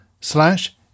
slash